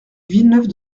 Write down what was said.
villeneuve